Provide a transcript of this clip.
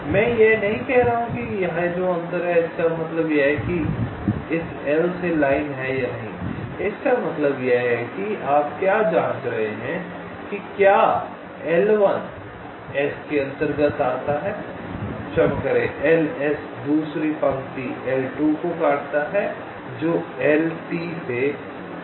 मैं यह नहीं कह रहा हूं कि यह जो अंतर है इसका मतलब यह है कि इस L से लाइन है या नहीं इसका मतलब यह है कि आप क्या जाँच रहे हैं कि क्या L1 S के अंतर्गत आता है क्षमा करें LS दूसरी पंक्ति L2 को काटता है जो LT से संबंधित है